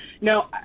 No